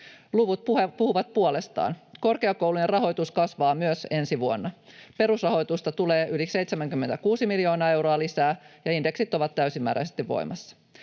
Luvut puhuvat puolestaan. Korkeakoulujen rahoitus kasvaa myös ensi vuonna. Perusrahoitusta tulee yli 76 miljoonaa euroa lisää, ja indeksit ovat täysimääräisesti voimassa.